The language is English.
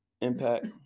impact